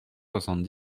soixante